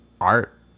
art